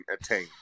attain